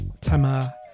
Tama